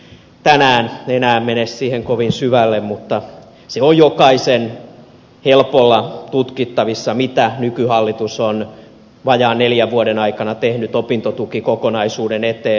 en nyt tänään enää mene siihen kovin syvälle mutta se on jokaisen helpolla tutkittavissa mitä nykyhallitus on vajaan neljän vuoden aikana tehnyt opintotukikokonaisuuden eteen